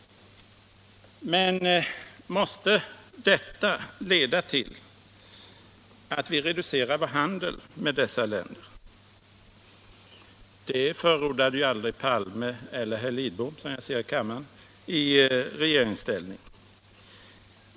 Men måste detta leda till att vi reducerar vår handel med dessa länder? Det förordade ju aldrig herr Palme, eller herr Lidbom, som jag ser i kammaren, i regeringsställning.